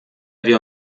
wir